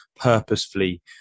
purposefully